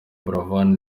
buravan